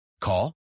Call